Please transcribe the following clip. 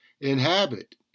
inhabit